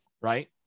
right